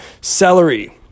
celery